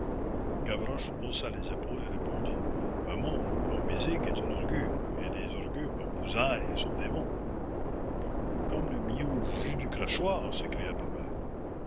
gavroche haussa les épaules et répondit un môme comme mézig est un orgue et des orgues comme vousailles sont des mômes comme le mion joue du crachoir s'écria babet